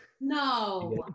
No